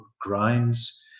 grinds